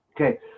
okay